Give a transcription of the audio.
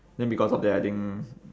then because of that I think